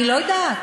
אני לא יודעת.